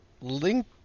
Link